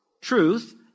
truth